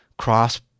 cross